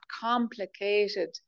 complicated